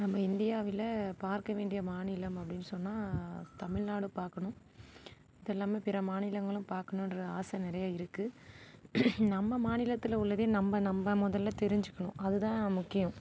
நம்ப இந்தியாவில் பார்க்க வேண்டிய மாநிலம் அப்படின்னு சொன்னால் தமிழ்நாடு பார்க்கணும் மற்ற எல்லாமே பிற மாநிலங்களும் பார்க்கணுன்ற ஆசை நிறைய இருக்குது நம்ம மாநிலத்தில் உள்ளதே நம்ம நம்ம முதலில் தெரிஞ்சிக்கணும் அது தான் முக்கியம்